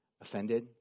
offended